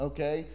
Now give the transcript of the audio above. Okay